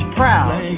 proud